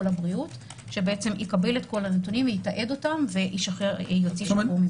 הבריאות שיקבל את הנתונים ויתעד אותם ויוציא שחרור.